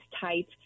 tight